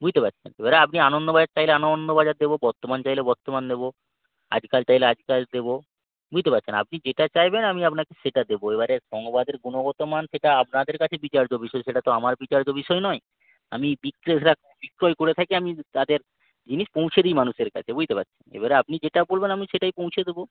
বুঝতে পারছেন এবারে আপনি আনন্দবাজার চাইলে আনন্দবাজার দেবো বর্তমান চাইলে বর্তমান দেবো আজকাল চাইলে আজকাল দেবো বুঝতে পারছেন আপনি যেটা চাইবেন আমি আপনাকে সেটা দেবো এবারে সংবাদের গুণগত মান সেটা আপনাদের কাছে বিচার্য বিষয় সেটা তো আমার বিচার্য বিষয় নয় আমি বিক্রেতা বিক্রয় করে থাকি আমি তাদের জিনিস পৌঁছে দিই মানুষের কাছে বুঝতে পারছেন এবারে আপনি যেটা বলবেন আমি সেটাই পৌঁছে দেবো